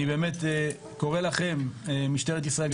אני קורא לכם משטרת ישראל,